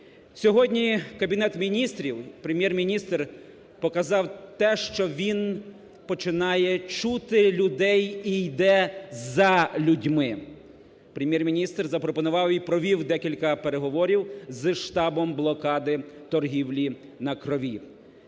Сьогодні Кабінет Міністрів, Прем'єр-міністр показав те, що він починає чути людей і йде за людьми. Прем'єр-міністр запропонував і провів декілька переговорів з штабом блокади торгівлі на крові.